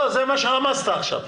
לא, זה מה שרמזת עכשיו.